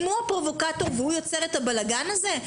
הוא הפרובוקטור והוא יוצר את הבלגן הזה?